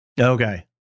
Okay